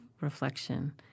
reflection